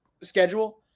schedule